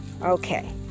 Okay